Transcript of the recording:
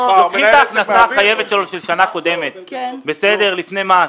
את ההכנסה החייבת שלו של שנה קודמת לפני מס,